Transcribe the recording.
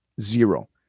Zero